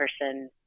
person